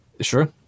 Sure